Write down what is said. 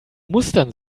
mustern